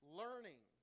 learning